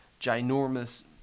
ginormous –